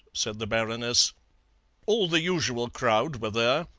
said the baroness all the usual crowd were there,